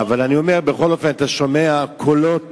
בכל אופן, אתה שומע קולות